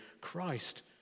Christ